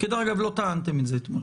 דרך אגב, לא טענתם את זה אתמול.